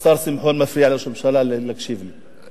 השר שמחון מפריע לראש הממשלה להקשיב לי.